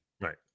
right